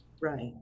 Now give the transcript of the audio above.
right